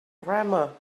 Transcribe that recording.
grammar